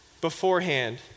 beforehand